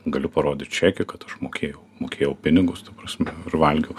galiu parodyti čekį kad užmokėjau mokėjau pinigus ta prasme ir valgiau